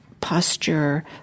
posture